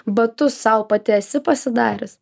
batus sau pati esi pasidarius